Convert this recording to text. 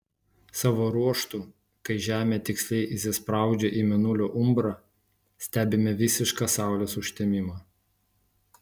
savo ruožtu kai žemė tiksliai įsispraudžia į mėnulio umbrą stebime visišką saulės užtemimą